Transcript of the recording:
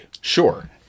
Sure